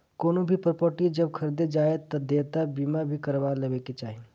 कवनो भी प्रापर्टी जब खरीदे जाए तअ देयता बीमा भी करवा लेवे के चाही